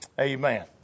Amen